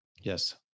yes